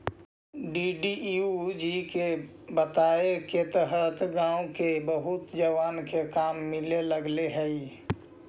DDUGKY के तहत गाँव के बहुत जवान के काम मिले लगले हई